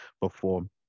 perform